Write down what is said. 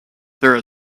there